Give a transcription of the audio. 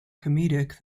comedic